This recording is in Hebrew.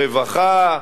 רווחה,